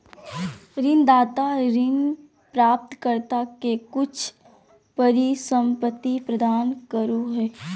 ऋणदाता ऋण प्राप्तकर्ता के कुछ परिसंपत्ति प्रदान करो हइ